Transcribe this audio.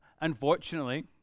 Unfortunately